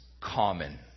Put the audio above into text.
common